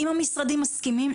אם המשרדים מסכימים,